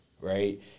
right